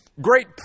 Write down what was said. great